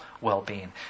well-being